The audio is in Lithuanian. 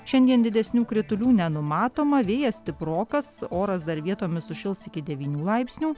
šiandien didesnių kritulių nenumatoma vėjas stiprokas oras dar vietomis sušils iki devynių laipsnių